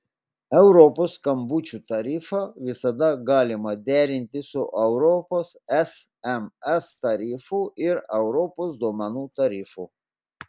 europos skambučių tarifą visada galima derinti su europos sms tarifu ir europos duomenų tarifu